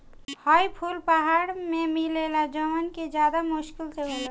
हई फूल पहाड़ में मिलेला जवन कि ज्यदा मुश्किल से होला